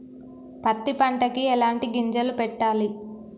పత్తి పంటకి ఎలాంటి గింజలు పెట్టాలి?